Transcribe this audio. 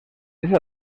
esa